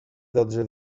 dotze